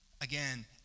Again